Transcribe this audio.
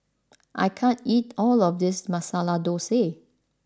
I can't eat all of this Masala Dosa